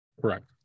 Correct